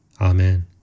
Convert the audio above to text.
Amen